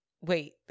Wait